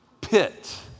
Pit